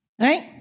Right